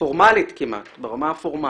פורמלית כמעט, ברמה הפורמלית,